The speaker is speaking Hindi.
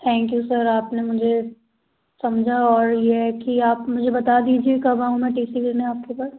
थैंक यू सर आपने मुझे समझा और यह कि आप मुझे बता दीजिए कब आऊँ मैं टी सी लेने आपके पास